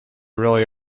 really